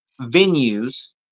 venues